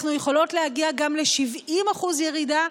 אנחנו יכולות להגיע גם ל-70% ירידה,